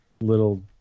little